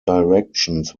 directions